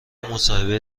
مصاحبه